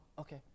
okay